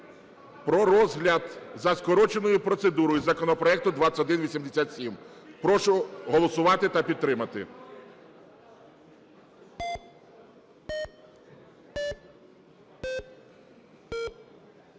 про розгляд за скороченою процедурою законопроекту 2187. Прошу голосувати та підтримати.